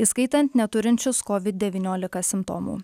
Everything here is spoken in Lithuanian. įskaitant neturinčius kovid devyniolika simptomų